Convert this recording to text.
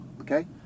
okay